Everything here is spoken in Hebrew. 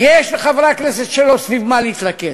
יש לחברי הכנסת שלו סביב מה להתלכד.